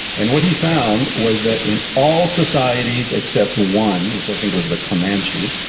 and what he found was that in all societies except one, which i think was the comanche,